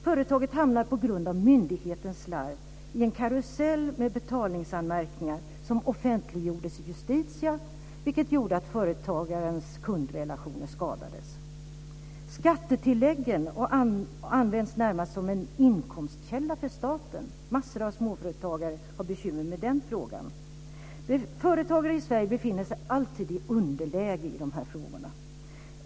Företaget hamnade på grund av myndighetens slarv i en karusell med betalningsanmärkningar, som offentliggjordes i Justitia, vilket gjorde att företagets kundrelationer skadades. Skattetilläggen används närmast som en inkomstkälla för staten. Massor av småföretagare har bekymmer med den frågan. Företagare i Sverige befinner sig alltid i underläge i de här frågorna.